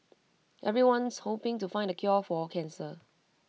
everyone's hoping to find the cure for cancer